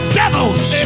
devils